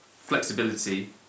flexibility